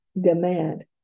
demand